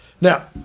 Now